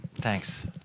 Thanks